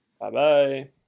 Bye-bye